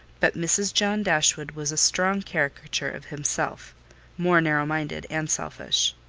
but mrs. john dashwood was a strong caricature of himself more narrow-minded and selfish.